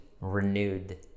renewed